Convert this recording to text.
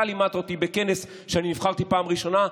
אתה לימדת אותי בכנס, כשאני נבחרתי בפעם הראשונה.